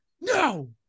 No